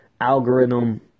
algorithm